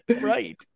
Right